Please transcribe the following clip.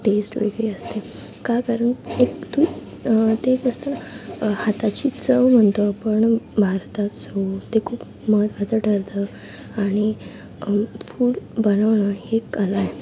taste वेगळी असते का कारण एक तू ते एक असतं ना हाताची चव म्हणतो आपण भारतात सो ते खूप महत्त्वाचं ठरतं आणि फूड बनवणं ही एक कला आहे